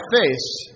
face